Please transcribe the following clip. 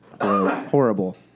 horrible